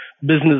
business